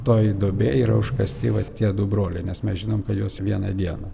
toj duobėj yra užkasti vat tie du broliai nes mes žinom kad juos vieną dieną